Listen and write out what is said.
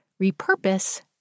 repurpose